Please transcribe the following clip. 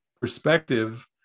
perspective